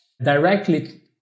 directly